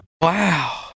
Wow